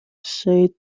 said